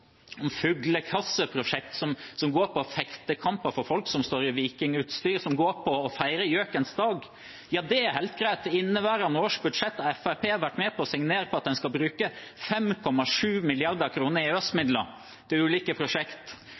som handler om fuglekasser, som går til fektekamper for folk som står i vikingutstyr, og som går til å feire gjøkens dag – ja, det er helt greit. I inneværende års budsjett har Fremskrittspartiet vært med på å signere på at en skal bruke 5,7 mrd. kr i EØS-midler til ulike prosjekt